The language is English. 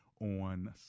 On